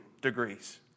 degrees